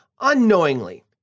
unknowingly